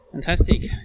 Fantastic